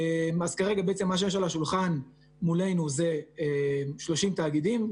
כרגע מה שיש על השולחן מולנו זה 30 תאגידים,